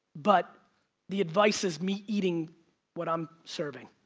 but the advice is me eating what i'm serving.